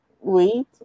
wait